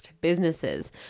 businesses